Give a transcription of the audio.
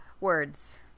words